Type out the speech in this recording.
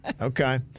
Okay